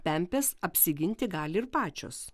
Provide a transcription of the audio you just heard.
pempės apsiginti gali ir pačios